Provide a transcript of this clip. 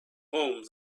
home